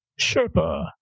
Sherpa